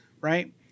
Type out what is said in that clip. right